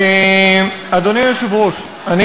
אדוני היושב-ראש, בבקשה, אדוני.